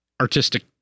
artistic